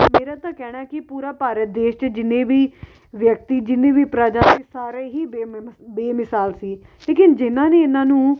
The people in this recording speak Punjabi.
ਮੇਰਾ ਤਾਂ ਕਹਿਣਾ ਕਿ ਪੂਰਾ ਭਾਰਤ ਦੇਸ਼ 'ਚ ਜਿੰਨੇ ਵੀ ਵਿਅਕਤੀ ਜਿੰਨੀ ਵੀ ਪ੍ਰਜਾ ਸਾਰਾ ਹੀ ਬੇਮੇਮਸ ਬੇਮਿਸਾਲ ਸੀ ਲੇਕਿਨ ਜਿਨ੍ਹਾਂ ਨੇ ਇਹਨਾਂ ਨੂੰ